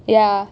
ya